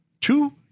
two